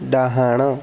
ଡାହାଣ